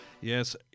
Yes